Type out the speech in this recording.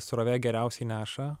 srovė geriausiai neša